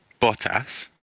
Bottas